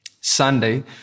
Sunday